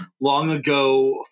long-ago